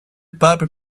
piper